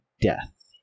death